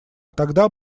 тогда